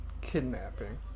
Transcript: kidnapping